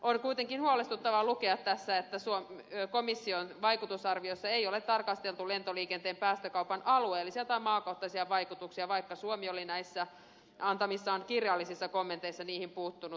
on kuitenkin huolestuttavaa lukea tässä että komission vaikutusarviossa ei ole tarkasteltu lentoliikenteen päästökaupan alueellisia tai maakohtaisia vaikutuksia vaikka suomi oli näissä antamissaan kirjallisissa kommenteissa niihin puuttunut